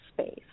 space